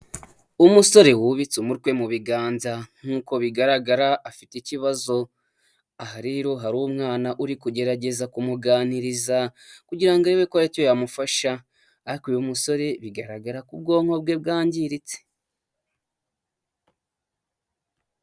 Umusore wubitse umutwe mu biganza nk'uko bigaragara afite ikibazo, aha rero hari umwana uri kugerageza kumuganiriza, kugira arebe ko hari icyo yamufasha, ariko uyu musore bigaragara ko ubwonko bwe bwangiritse.